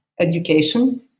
education